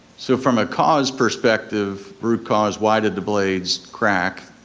so from a cause perspective, root cause, why did the blades crack?